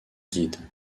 guide